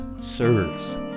serves